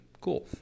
cool